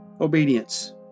obedience